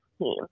team